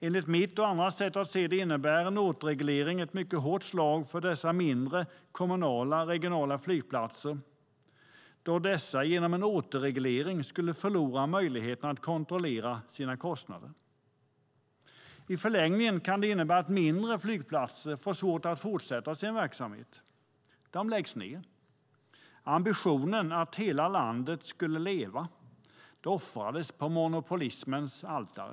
Enligt mitt och andras sätt att se det innebär en återreglering ett mycket hårt slag mot de mindre, kommunala och regionala flygplatserna då dessa genom en återreglering skulle förlora möjligheten att kontrollera sina kostnader. I förlängningen kan det innebära att mindre flygplatser får svårt att fortsätta sin verksamhet. De läggs ned. Ambitionen att hela landet skulle leva offrades på monopolismens altare.